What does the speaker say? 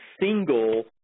single